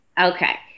Okay